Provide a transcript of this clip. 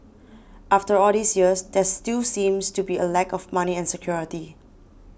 after all these years there still seems to be a lack of money and security